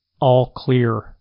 all-clear